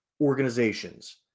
organizations